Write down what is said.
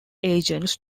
agents